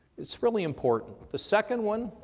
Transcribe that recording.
it's really important. the second one,